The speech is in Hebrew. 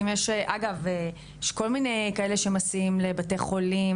יש כל מיני שמסיעים לבתי חולים,